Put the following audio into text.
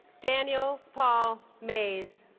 daniel paul maes